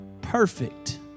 perfect